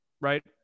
Right